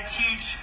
teach